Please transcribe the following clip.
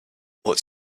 what’s